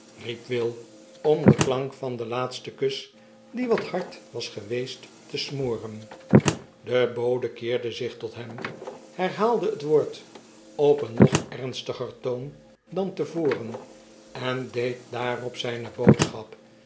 will om den klank van den laatsten kus die wat hard was geweest te smoren de bode keerde zich tot hem herhaalde het woord op een nog ernstiger toon dan te voren en deed daarop zyne boodschap